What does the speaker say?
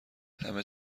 همه